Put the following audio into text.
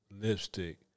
lipstick